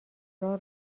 راه